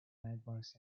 landmarks